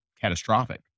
catastrophic